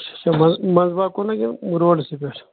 صبُحس منٛزباگ کُن کِنہٕ روڈسٕے پٮ۪ٹھ